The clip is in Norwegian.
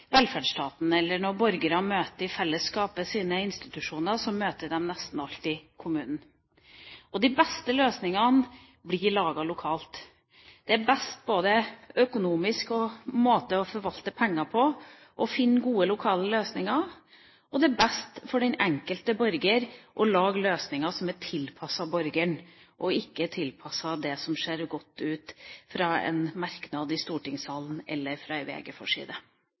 velferdsstaten, eller når borgere møter i fellesskapet sine institusjoner, møter de nesten alltid kommunen. Og de beste løsningene blir laget lokalt. Det er best både økonomisk og måten man forvalter penger på, å finne gode lokale løsninger, og det er best for den enkelte borger at man lager løsninger som er tilpasset borgeren, og ikke tilpasset det som ser godt ut fra en merknad i stortingssalen eller fra